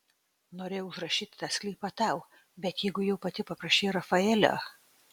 norėjau užrašyti tą sklypą tau bet jeigu jau pati paprašei rafaelio